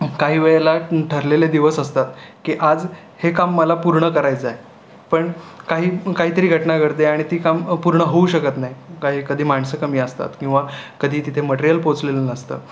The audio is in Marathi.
काही वेळेला ठरलेले दिवस असतात की आज हे काम मला पूर्ण करायचं आहे पण काही काहीतरी घटना घडते आणि ती कामं पूर्ण होऊ शकत नाही का कधी माणसं कमी असतात किंवा कधी तिथे मटेरिअल पोचलेलं नसतं